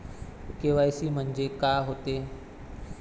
KYC म्हंनजे का होते?